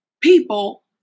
people